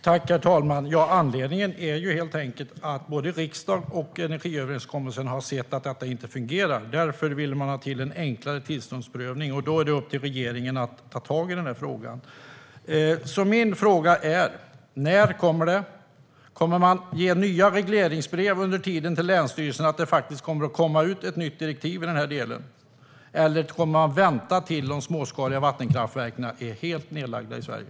Herr talman! Anledningen är helt enkelt att både riksdagen och energiöverenskommelsen har sett att detta inte fungerar. Därför vill man få till en enklare tillståndsprövning, och det är upp till regeringen att ta tag i frågan. Mina frågor är: När kommer detta? Kommer regeringen att ge nya regleringsbrev till länsstyrelsen om att det kommer att komma ett nytt direktiv i den här delen? Eller kommer man att vänta tills de småskaliga vattenkraftverken är helt nedlagda i Sverige?